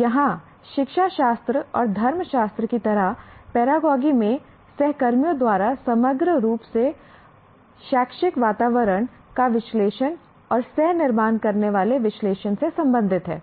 यहां शिक्षाशास्त्र और धर्मशास्त्र की तरह पैरागॉजी में सहकर्मियों द्वारा समग्र रूप से शैक्षिक वातावरण का विश्लेषण और सह निर्माण करने वाले विश्लेषण से संबंधित है